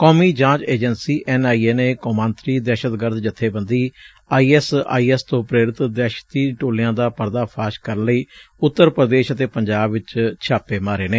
ਕੌਮੀ ਜਾਂਚ agency N I A ਨੇ ਕੌਮਾਂਤਰੀ ਦਹਿਸ਼ਤਗਰਦ ਜਬੇਬੰਦੀ ਆਈ ਐਸ ਆਈ ਐਸ ਤੋ ਪ੍ਰੇਰਿਤ ਦਹਿਸ਼ਤੀ ਟੋਲਿਆਂ ਦਾ ਪਰਦਾ ਫਾਸ਼ ਕਰਨ ਲਈ ਉੱਤਰ ਪ੍ਰਦੇਸ਼ ਅਤੇ ਪੰਜਾਬ ਚ ਛਾਪੇ ਮਾਰੇ ਨੇ